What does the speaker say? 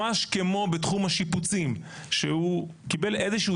ממש כמו בתחום השיפוצים שקיבל איזה שהוא